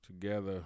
together